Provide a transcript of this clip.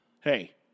Hey